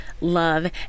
love